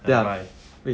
then I buy